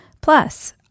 Plus